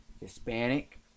Hispanic